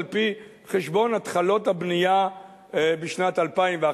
על-פי חשבון התחלות הבנייה בשנת 2012,